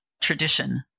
tradition